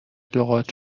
لغات